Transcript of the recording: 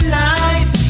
life